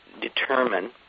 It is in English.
determine